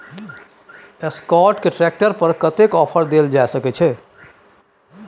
Escort के tractor पर कतेक ऑफर दैल जा सकेत छै?